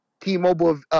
T-Mobile